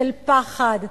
של פחד.